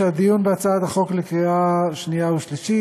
שהדיון בהצעת החוק לקראת קריאה שנייה ושלישית